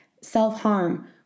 Self-harm